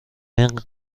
این